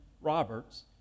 Roberts